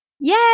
Yay